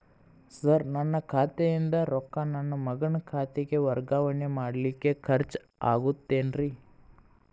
Sir ನನ್ನ ಖಾತೆಯಿಂದ ರೊಕ್ಕ ನನ್ನ ಮಗನ ಖಾತೆಗೆ ವರ್ಗಾವಣೆ ಮಾಡಲಿಕ್ಕೆ ಖರ್ಚ್ ಆಗುತ್ತೇನ್ರಿ?